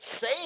say